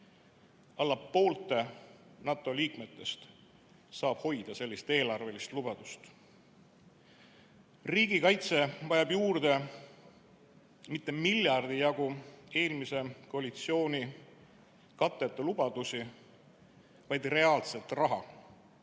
Alla poole NATO liikmetest saab hoida sellist eelarvelist lubadust. Riigikaitse vajab juurde mitte miljardi jagu eelmise koalitsiooni katteta lubadusi, vaid reaalset raha,